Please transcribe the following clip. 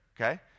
Okay